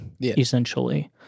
essentially